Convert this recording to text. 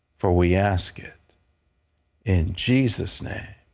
for we ask it in jesus' name.